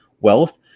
wealth